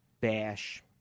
bash